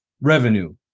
revenue